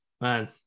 Man